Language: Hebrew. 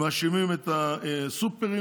מאשימים את הסופרים,